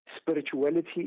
spirituality